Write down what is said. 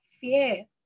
fear